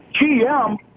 GM